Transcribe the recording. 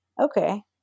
okay